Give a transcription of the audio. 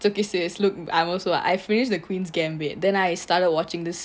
it's okay sis look I also what I finish the queen's gambit then I started watching this